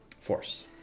force